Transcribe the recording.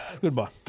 Goodbye